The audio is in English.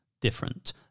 different